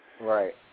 Right